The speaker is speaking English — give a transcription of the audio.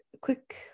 quick